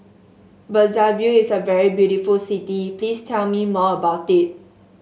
Brazzaville is a very beautiful city please tell me more about it